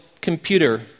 computer